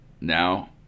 now